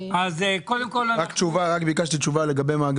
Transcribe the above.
אז קודם כל יש את זה.